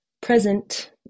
present